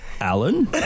Alan